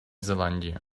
зеландии